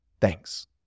Thanks